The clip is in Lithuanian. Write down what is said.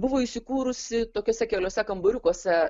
buvo įsikūrusi tokiuose keliuose kambariukuose